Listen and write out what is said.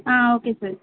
okay sir